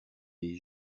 des